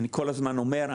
אני כל הזמן אומר,